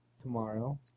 Tomorrow